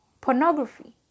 pornography